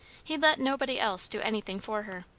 he let nobody else do anything for her.